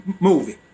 movie